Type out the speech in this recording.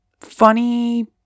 funny